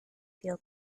feel